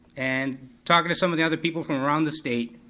and talking to some of the other people from around the state,